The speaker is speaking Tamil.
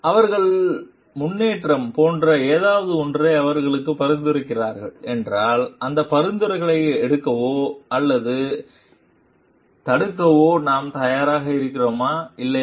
அவர்கள் முன்னேற்றம் போன்ற ஏதாவது ஒன்றை அவர்களுக்கு பரிந்துரைக்கிறார்கள் என்றால் அந்த பரிந்துரைகளை எடுக்கவோ அல்லது எடுக்கவோ நாம் தயாராக இருக்கிறோமா இல்லையா